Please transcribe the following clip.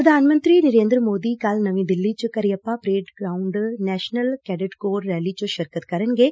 ਪ੍ਰਧਾਨ ਮੰਤਰੀ ਨਰੇਦਰ ਮੋਦੀ ਕੱਲੂ ਨਵੀ ਦਿੱਲੀ ਚ ਕਰੀਅੱਪਾ ਪਰੇਡ ਗਰਾਊਡ ਵਿਖੇ ਨੈਸਨਲ ਕੈਡਟ ਕੋਰ ਰੈਲੀ ਚ ਸ਼ਿਰਕਤ ਕਰਨਗੇ